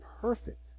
perfect